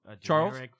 Charles